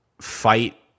fight